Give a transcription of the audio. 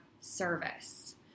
service